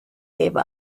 gave